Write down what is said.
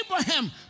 Abraham